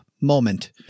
moment